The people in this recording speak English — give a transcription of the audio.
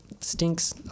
stinks